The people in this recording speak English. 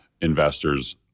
investors